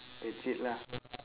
that's it lah